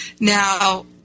Now